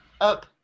up